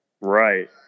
Right